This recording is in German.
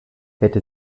hätte